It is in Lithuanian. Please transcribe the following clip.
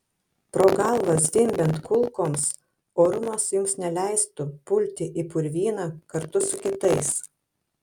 pro galvą zvimbiant kulkoms orumas jums neleistų pulti į purvyną kartu su kitais